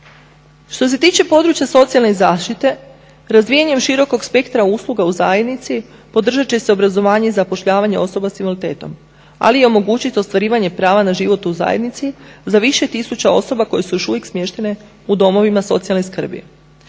Što se tiče područja socijalne zaštite razvijanjem širokog spektra usluga u zajednici podržat će se obrazovanje i zapošljavanje osoba sa invaliditetom, ali i omogućiti ostvarivanje prava na život u zajednici za više tisuća osoba koje su još uvijek smještene u domovima socijalne skrbi.